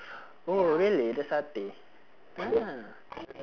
oh really the satay